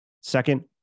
Second